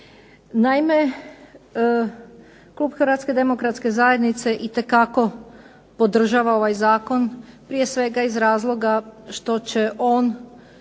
Naime klub Hrvatske demokratske zajednice itekako podržava ovaj zakon, prije svega iz razloga što će on